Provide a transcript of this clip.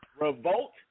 Revolt